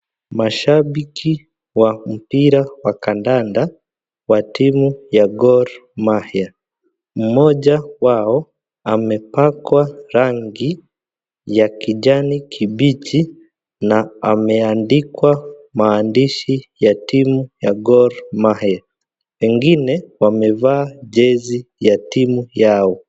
Mashabiki wa mpira wa kandanda wa timu ya Gor Mahia. Mmoja wao amepakwa rangi ya kijani kibichi na ameandikwa maandishi ya timu ya Gor Mahia. Wengine wamevaa jezi ya timu yao.